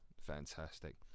Fantastic